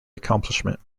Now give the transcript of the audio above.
accomplishment